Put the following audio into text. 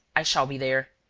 i shall be there.